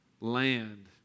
land